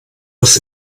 aus